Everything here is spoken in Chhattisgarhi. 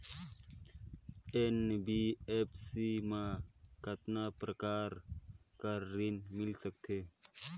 एन.बी.एफ.सी मा कतना प्रकार कर ऋण मिल सकथे?